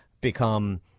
become